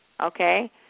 Okay